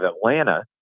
Atlanta